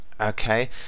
okay